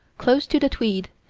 close to the tweed,